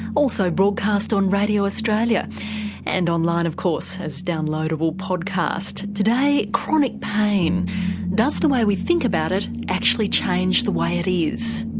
also broadcast on radio australia and on line of course as downloadable podcast. today chronic pain does the way we think about it actually change the way it is?